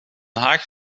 haag